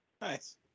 Nice